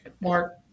Mark